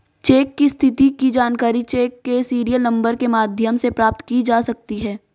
check की स्थिति की जानकारी चेक के सीरियल नंबर के माध्यम से प्राप्त की जा सकती है